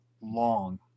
long